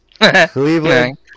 Cleveland